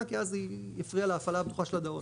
כי אז זה יפריע להפעלה הבטוחה של הדאון.